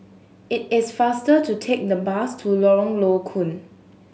it is faster to take the bus to Lorong Low Koon